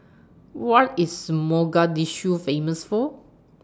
What IS Mogadishu Famous For